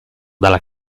dalla